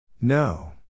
No